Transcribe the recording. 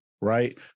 right